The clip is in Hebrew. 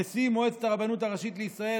נשיא מועצת הרבנות הראשית לישראל,